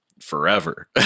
forever